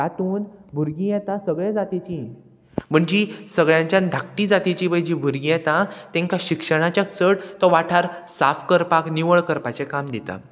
तातूंत भुरगीं येता सगळ्या जातीचीं म्हणजी सगळ्यांच्यान धाकटी जातीची पळय जी भुरगीं येता तांकां शिक्षणाच्या चड तो वाठार साफ करपाक निवळ करपाचें काम दिता